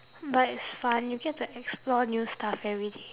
but it's fun you get to explore new stuff everyday